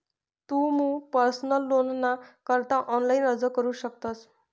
तुमू पर्सनल लोनना करता ऑनलाइन अर्ज करू शकतस